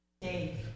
Dave